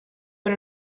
but